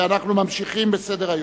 אנחנו ממשיכים בסדר-היום: